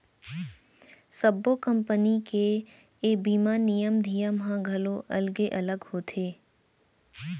सब्बो कंपनी के ए बीमा नियम धियम ह घलौ अलगे अलग होथे